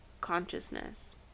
consciousness